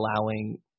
allowing